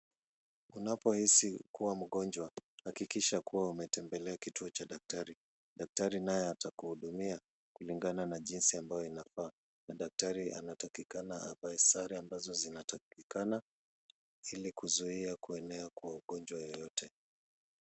Unapohisi kuwa mgonjwa hakikisha kuwa umetembelea kituo cha daktari. Daktari naye atakuhudumia kulingana na jinsi ambayo inafaa na daktari anatakikana avae sare ambazo zinatakikana ili kuzuia kuenea kwa ugonjwa yoyote.